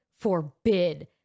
forbid